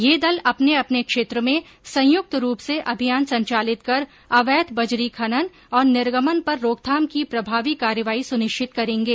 ये दल अपने अपने क्षेत्र में संयुक्त रूप से अभियान संचालित कर अवैध बजरी खनन और निर्गमन पर रोकथाम की प्रभावी कार्यवाही सुनिश्चित करेंगे